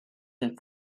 and